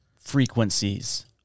Frequencies